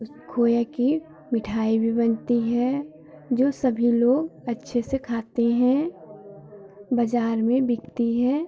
उस खोये की मिठाई भी बनती है जो सभी लोग अच्छे से खाते हैं बाज़ार में बिकती है